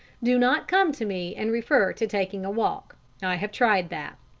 do not come to me and refer to taking a walk i have tried that.